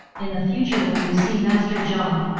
in the future when you see master jiang,